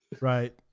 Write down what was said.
Right